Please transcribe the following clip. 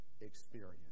experience